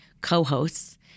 co-hosts